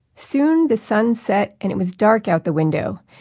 soon the sun set, and it was dark out the window.